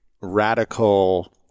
radical